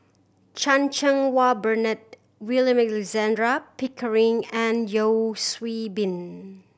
Chan Cheng Wah Bernard William Alexander Pickering and Yeo Bin